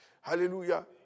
Hallelujah